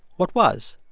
what was?